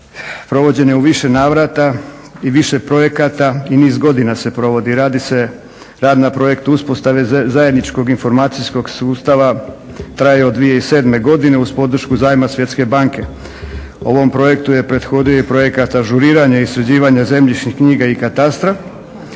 provođena u više navrata i više projekata i niz godina se provodi. Radi se rad na projektu uspostave zajedničkog informacijskog sustava, traje od 2007.godine uz podršku zajma Svjetske banke. Ovom projektu je prethodio i projekt ažuriranja i sređivanja zemljišnih knjiga i katastra,